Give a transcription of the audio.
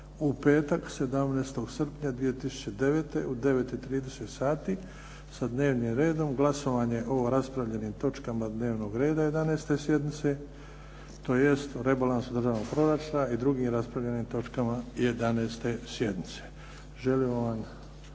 u petak 17. srpnja 2009. 9,30 sati sa dnevnim redom glasovanje o raspravljenim točkama dnevnog reda 11. sjednice tj. o rebalansu državnog proračuna i drugim raspravljenim točkama 11. sjednice. Želim vam